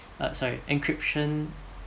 uh sorry encryption